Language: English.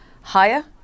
higher